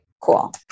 Cool